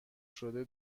شده